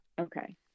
okay